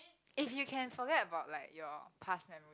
if you can forget about like your past memory